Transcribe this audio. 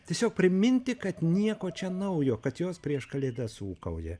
tiesiog priminti kad nieko čia naujo kad jos prieš kalėdas ūkauja